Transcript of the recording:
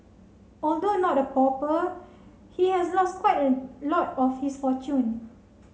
although not a pauper he has lost quite a lot of his fortune